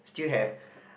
still have